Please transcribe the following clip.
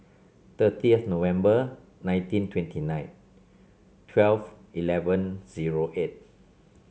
thirtieth November nineteen twenty nine twelve eleven zero eight